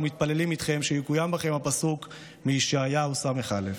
ומתפללים איתכם שיקוים בכם הפסוק מישעיהו ס"א: